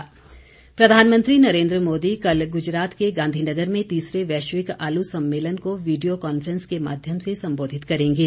आलू सम्मेलन प्रधानमंत्री नरेंद्र मोदी कल गुजरात के गांधीनगर में तीसरे वैश्विक आलू सम्मेलन को वीडियो कॉन्फ्रैंस के माध्यम से संबोधित करेंगे